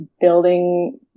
building